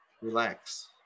Relax